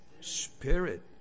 Spirit